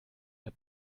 der